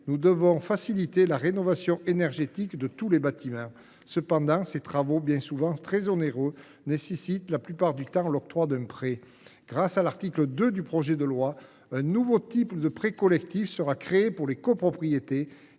nous devons faciliter la rénovation énergétique de tous les bâtiments. Cependant, ces travaux souvent très onéreux nécessitent, la plupart du temps, l’octroi d’un prêt. Grâce à l’article 2 du projet de loi, un nouveau type de prêt collectif sera créé pour les copropriétés,